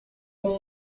com